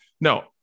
No